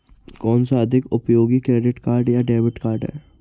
कौनसा अधिक उपयोगी क्रेडिट कार्ड या डेबिट कार्ड है?